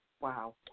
Wow